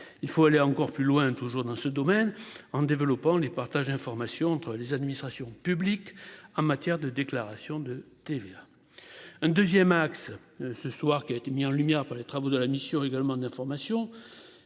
il faut aller encore plus loin, toujours dans ce domaine en développant les partage d'informations entre les administrations publiques en matière de déclaration de TVA. Un 2ème axe ce soir qui a été mis en lumière pour les travaux de la mission également d'informations